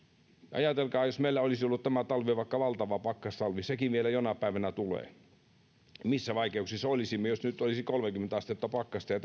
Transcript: ajatelkaa jos meillä olisi ollut tämä talvi vaikka valtava pakkastalvi sekin vielä jonain päivänä tulee missä vaikeuksissa olisimme jos nyt olisi kolmekymmentä astetta pakkasta ja